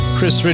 Chris